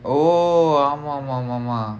oh ஆமா ஆமா ஆமா:aamaa aamaa aamaa